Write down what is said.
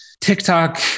TikTok